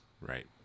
right